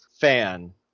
fan